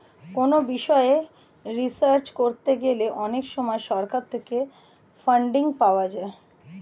কোনো বিষয়ে রিসার্চ করতে গেলে অনেক সময় সরকার থেকে ফান্ডিং পাওয়া যায়